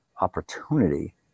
opportunity